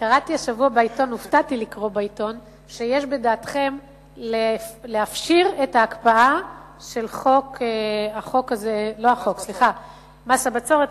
הופתעתי לקרוא בעיתון שיש בדעתכם להפשיר את ההקפאה של מס הבצורת,